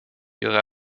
ihre